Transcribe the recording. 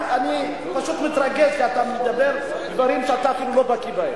אני פשוט מתרגז שאתה מדבר דברים שאתה אפילו לא מבין בהם.